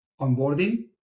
onboarding